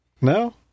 No